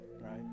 Right